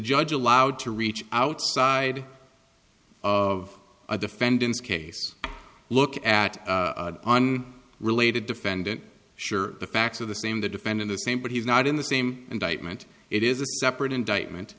judge allowed to reach outside of a defendant's case look at related defendant sure the facts are the same the defending the same but he's not in the same indictment it is a separate indictment